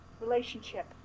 Relationship